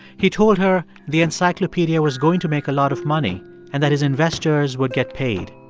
he told her the encyclopedia was going to make a lot of money and that his investors would get paid.